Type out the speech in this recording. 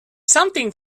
something